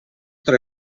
tra